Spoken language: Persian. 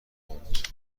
پوند